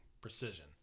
precision